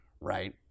Right